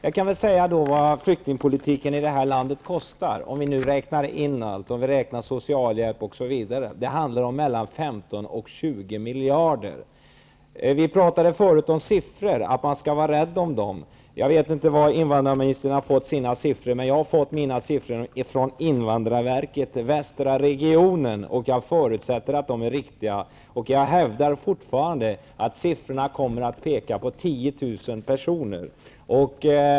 Jag kan tala om vad flyktingpolitiken i det här landet kostar, om man även räknar med socialhjälp osv. Det handlar om 15--20 miljarder kronor. Vi talade tidigare om att man skall vara rädd om siffror. Jag vet inte varifrån invandrarministern har fått sina siffror, men jag har fått mina siffror från invandrarverket, västra regionen, och jag förutsätter att de är riktiga. Jag hävdar fortfarande att siffrorna kommer att peka på att det är fråga om 10 000 personer.